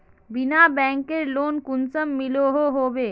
बिना बैंकेर लोन कुनियाँ मिलोहो होबे?